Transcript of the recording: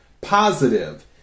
positive